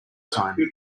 sign